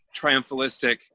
triumphalistic